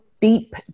deep